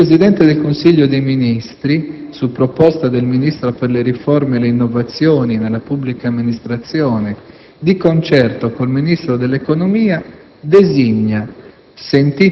Il Presidente del Consiglio dei ministri, su proposta del Ministro per le riforme e le innovazioni nella pubblica amministrazione di concerto con il Ministro dell'economia, designa,